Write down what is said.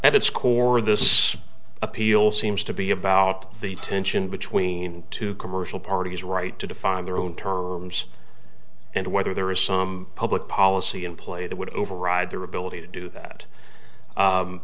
its core this appeal seems to be about the tension between two commercial parties right to define their own terms and whether there is some public policy in play that would override their ability to do that